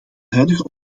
huidige